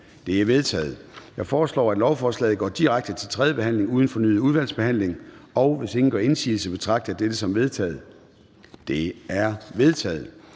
De er vedtaget. Jeg foreslår, at lovforslaget går direkte til tredje behandling uden fornyet udvalgsbehandling. Hvis ingen gør indsigelse, betragter jeg dette som vedtaget. Det er vedtaget.